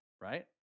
right